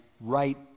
right